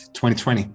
2020